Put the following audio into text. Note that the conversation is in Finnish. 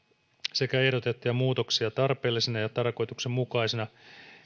sekä ehdotettuja muutoksia tarpeellisina ja tarkoituksenmukaisina